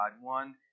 One